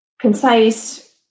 concise